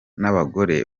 n’abagore